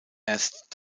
erst